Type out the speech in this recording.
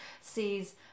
sees